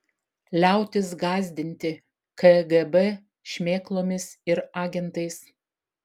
liautis gąsdinti kgb šmėklomis ir agentais